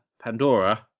Pandora